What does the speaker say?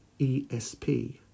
ESP